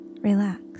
Relax